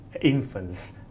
infants